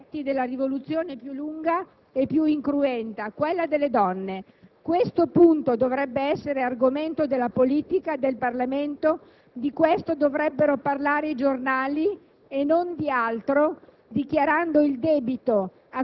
e nuova di uomini contro gli effetti della rivoluzione più lunga e più incruenta: quella delle donne. Tale questione dovrebbe essere argomento della politica e del Parlamento. Di questo dovrebbero parlare i giornali